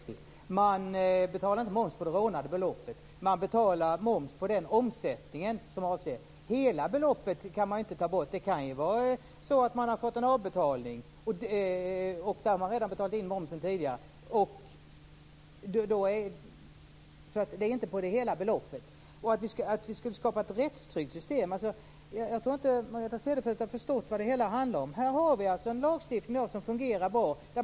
Fru talman! Först och främst är det helt fel. Man betalar inte moms på det rånade beloppet. Man betalar moms på den omsättning som avses. Hela beloppet kan man inte ta bort. Man kan ju ha fått en avbetalning, och då har man redan betalat in momsen tidigare. Det är alltså inte på hela beloppet. Margareta Cederfelt pratar om att vi skulle skapa ett rättstryggt system. Jag tror inte att Margareta Cederfelt har förstått vad det hela handlar om. Vi har alltså en lagstiftning i dag som fungerar bra.